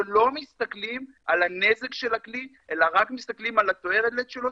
שלא מסתכלים על הנזק של הכלי אלא רק מסתכלים על התועלת שלו,